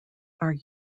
are